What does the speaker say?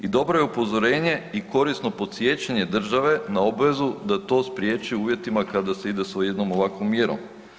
I dobro je upozorenje i korisno podsjećanje države na obvezu da to spriječi u uvjetima kada se ide sa jednom ovakvom mjerom.